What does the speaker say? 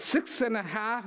six and a half